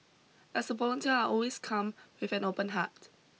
as a volunteer I always come with an open heart